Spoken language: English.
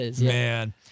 man